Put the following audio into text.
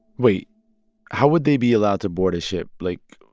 wait how would they be allowed to board a ship? like,